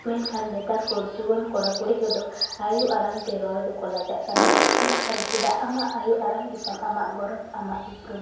ᱢᱮᱱᱠᱷᱟᱱ ᱱᱮᱛᱟᱨ ᱠᱚ ᱡᱩᱭᱟᱹᱱ ᱠᱚᱲᱟ ᱠᱩᱲᱤ ᱠᱚᱫᱚ ᱟᱭᱩ ᱟᱲᱟᱝ ᱛᱮ ᱨᱚᱲ ᱫᱚᱠᱚ ᱞᱟᱡᱟᱜ ᱠᱟᱱᱟ ᱢᱮᱱᱠᱷᱟᱱ ᱪᱮᱫᱟᱜ ᱟᱢᱟᱜ ᱟᱭᱩ ᱟᱲᱟᱝ ᱜᱮᱛᱟᱢ ᱟᱢᱟᱜ ᱜᱚᱨᱚᱵᱽ ᱟᱢᱟᱜ ᱩᱯᱨᱩᱢ